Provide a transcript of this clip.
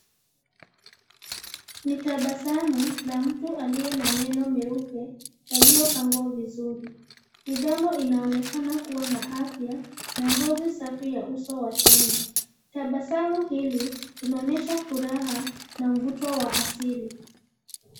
Ni tabasamu, la mtu aliye na meno meupe, yaliyopangwa vizuri. Ni damu inaonekana kuwa na afya, na ngozi safi ya uso wa chini. Tabasamu hili, linaonyesha furaha, na mvuto wa asili.